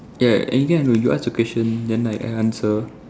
ya anything I know you ask a question then I I answer